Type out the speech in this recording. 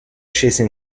scese